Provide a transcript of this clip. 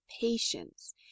patience